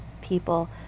people